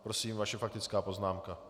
Prosím, vaše faktická poznámka.